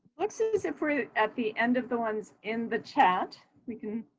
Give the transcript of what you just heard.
looks as if we're at the end of the ones in the chat. we can